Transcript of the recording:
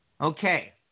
Okay